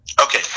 Okay